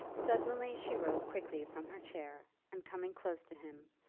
suddenly she rose quickly from her chair, and coming close to him,